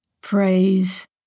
Praise